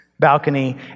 Balcony